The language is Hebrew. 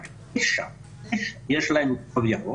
רק לתשע מדינות יש תו ירוק.